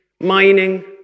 mining